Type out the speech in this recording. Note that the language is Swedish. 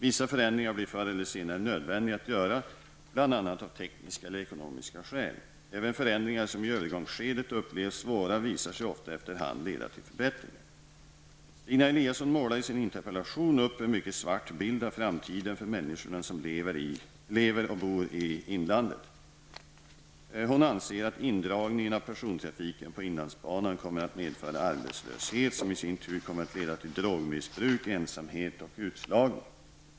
Vissa förändringar blir förr eller senare nödvändiga att göra bl.a. av tekniska eller ekonomiska skäl. Även förändringar som i övergångsskedet upplevs svåra visar sig ofta efter hand leda till förbättringar. Stina Eliasson målar i sin interpellation upp en mycket svart bild av framtiden för människorna som lever och bor i inlandet. Hon anser att indragningen av persontrafiken på inlandsbanan kommer att medföra arbetslöshet, som i sin tur kommer att leda till drogmissbruk, ensamhet och utslagning.